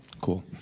Cool